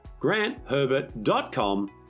grantherbert.com